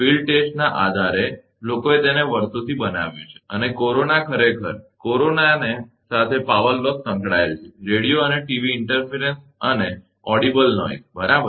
field ટેસ્ટના આધારે લોકોએ તેને વર્ષોથી બનાવ્યું છે અને કોરોના ખરેખર કોરોનાને સાથે પાવર લોસ સંકળાયેલ છે રેડિયો અને ટીવી ઇન્ટરફેરન્સ અને શ્રાવ્ય અવાજ બરાબર